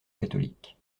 catholiques